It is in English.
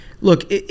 Look